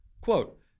Quote